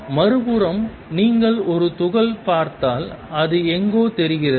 மறுபுறம் நீங்கள் ஒரு துகள் பார்த்தால் அது எங்கோ தெரிகிறது